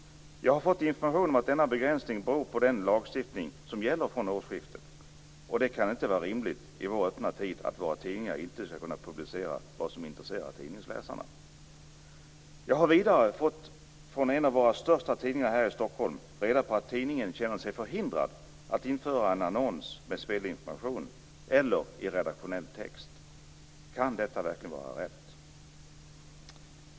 Jag har fått information om att denna begränsning beror på den lagstiftning som gäller från årsskiftet. Det kan inte vara rimligt i vår öppna tid att våra tidningar inte skall kunna publicera vad som intresserar tidningsläsarna. Vidare har jag från en av våra största tidningar här i Stockholm fått reda på att tidningen känner sig förhindrad att införa spelinformationen i en annons eller i redaktionell text. Kan detta verkligen vara rätt?